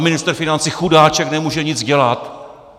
Ministr financí chudáček nemůže nic dělat.